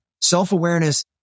self-awareness